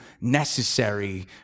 necessary